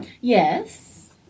Yes